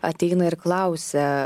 ateina ir klausia